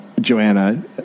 Joanna